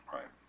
Right